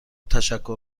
تشکر